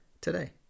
today